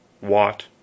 Watt